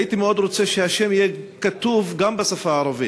הייתי מאוד רוצה שהשם יהיה כתוב גם בשפה הערבית.